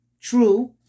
true